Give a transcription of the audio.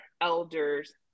elders